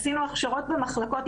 עשינו הכשרות במחלקות.